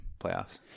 playoffs